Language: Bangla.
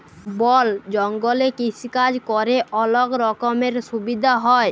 বল জঙ্গলে কৃষিকাজ ক্যরে অলক রকমের সুবিধা হ্যয়